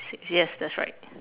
yes that's right